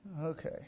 Okay